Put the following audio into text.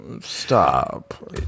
Stop